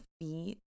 feet